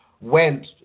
went